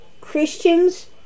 Christians